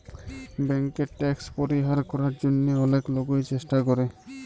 ব্যাংকে ট্যাক্স পরিহার করার জন্যহে অলেক লোকই চেষ্টা করে